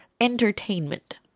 entertainment